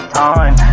time